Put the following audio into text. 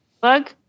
bug